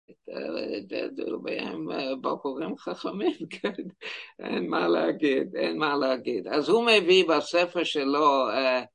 תראה, הם בחורים חכמים, כן.אין מה להגיד, אין מה להגיד. אז הוא מביא בספר שלו א...